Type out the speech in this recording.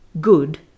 good